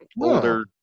older